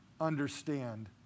understand